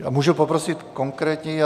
A můžu poprosit konkrétněji?